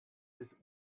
des